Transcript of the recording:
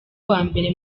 uwambere